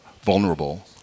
vulnerable